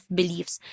beliefs